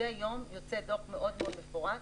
מדי יום יוצא דוח מאוד מאוד מפורט,